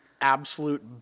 absolute